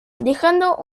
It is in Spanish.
dejando